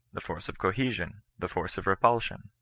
the force of cohesion, the force of repulsion,